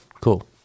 Cool